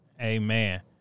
Amen